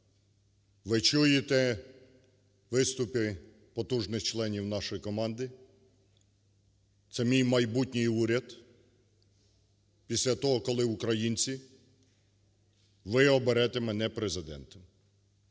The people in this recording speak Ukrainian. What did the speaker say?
Ви чуєте виступи потужних членів нашої команди, це мій майбутній уряд після того, коли, українці, ви оберете мене президентом.